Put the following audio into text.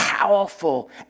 Powerful